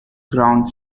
ground